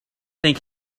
think